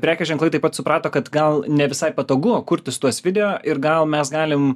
prekių ženklai taip pat suprato kad gal ne visai patogu kurtis tuos video ir gal mes galim